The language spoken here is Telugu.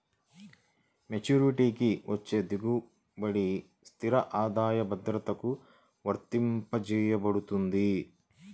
మెచ్యూరిటీకి వచ్చే దిగుబడి స్థిర ఆదాయ భద్రతకు వర్తించబడుతుంది